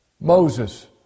Moses